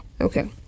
Okay